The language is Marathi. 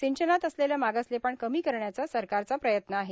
सिंचनात असलेलं मागासलेपण कमी करण्याचा सरकारचा प्रयत्न आहे